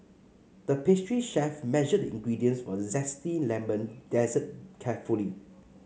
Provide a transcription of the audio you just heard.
the pastry chef measured the ingredients for a zesty lemon dessert carefully